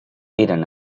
eren